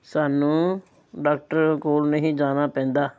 ਸਾਨੂੰ ਡਾਕਟਰ ਕੋਲ ਨਹੀਂ ਜਾਣਾ ਪੈਂਦਾ